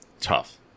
tough